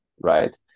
right